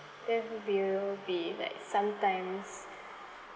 there will be like sometimes